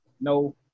no